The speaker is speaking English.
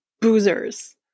Boozers